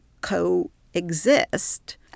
coexist